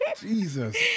Jesus